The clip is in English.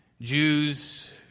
Jews